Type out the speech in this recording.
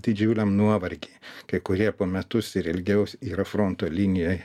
didžiuliam nuovargy kai kurie po metus ir ilgiau yra fronto linijoj